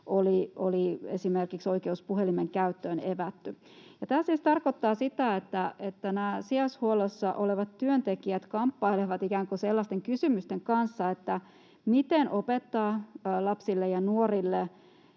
oli esimerkiksi oikeus puhelimen käyttöön evätty. Tämä siis tarkoittaa sitä, että nämä sijaishuollossa olevat työntekijät kamppailevat sellaisten kysymysten kanssa, että miten opettaa lapsille ja nuorille